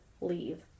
leave